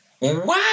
Wow